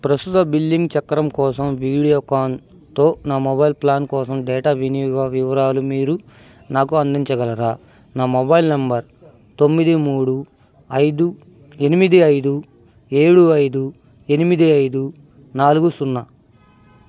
ప్రస్తుత బిల్లింగ్ చక్రం కోసం వీడియోకాన్తో నా మొబైల్ ప్లాన్ కోసం డేటా వినియోగ వివరాలు మీరు నాకు అందించగలరా నా మొబైల్ నంబర్ తొమ్మిది మూడు ఐదు ఎనిమిది ఐదు ఏడు ఐదు ఎనిమిది ఐదు నాలుగు సున్నా